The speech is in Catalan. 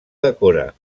decora